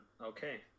Okay